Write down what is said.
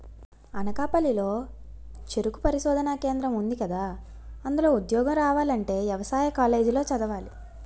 అనకాపల్లి లో చెరుకు పరిశోధనా కేంద్రం ఉందికదా, అందులో ఉద్యోగం రావాలంటే యవసాయ కాలేజీ లో చదవాలి